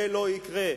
זה לא יקרה.